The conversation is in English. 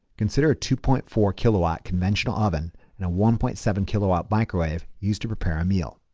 consider a two point four kilowatt conventional oven and a one point seven kilowatt microwave used to prepare a meal.